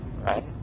right